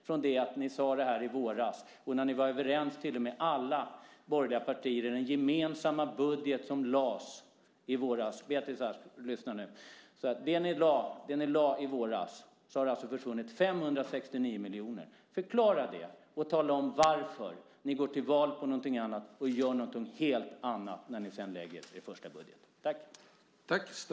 Från det att ni i våras sade detta och var överens till och med i alla borgerliga partier om den gemensamma budget som då lades fram - Beatrice Ask, lyssna nu! - har det alltså försvunnit 569 miljoner. Förklara det och tala om varför ni går till val på någonting annat och gör någonting helt annat när ni sedan lägger er första budget!